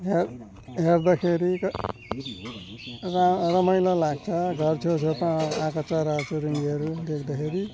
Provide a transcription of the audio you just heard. हेर हेर्दाखेरि त र रमाइलो लाग्छ घर छेउ छेउ कहाँ कहाँका चराचुरुङ्गीहरू देख्दाखेरि